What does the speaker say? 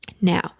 Now